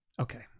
Okay